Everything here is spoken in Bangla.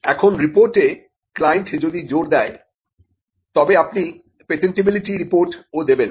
এখন রিপোর্টে ক্লায়েন্ট যদি জোর দেয় তবে আপনি পেটেন্টিবিলিটি রিপোর্টও দেবেন